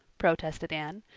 protested anne.